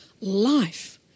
life